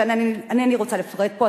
ואינני רוצה לפרט פה.